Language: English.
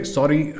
Sorry